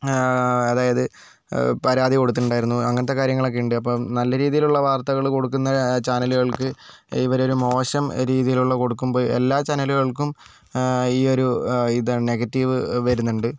അതായത് പരാതി കൊടുത്തിട്ടുണ്ടായിരുന്നു അങ്ങനത്തെ കാര്യങ്ങളൊക്കെയുണ്ട് അപ്പം നല്ല രീതിയിലുള്ള വാർത്തകൾ കൊടുക്കുന്ന ചാനലുകൾക്ക് ഇവർ മോശം രീതിയിലുള്ള കൊടുക്കുമ്പം എല്ലാ ചാനലുകൾക്കും ഈ ഒരു ഇതാണ് നെഗറ്റീവ് വരുന്നുണ്ട്